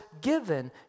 given